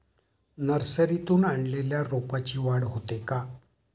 नर्सरीतून आणलेल्या रोपाची वाढ होते का?